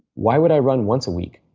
why would i run once a week?